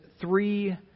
three